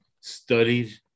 studied